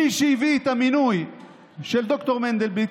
מי שהביא את המינוי של ד"ר מנדלבליט,